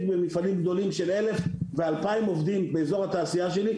מפעלים גדולים של 1,000 ו-2,000 עובדים באזור התעשייה שלי,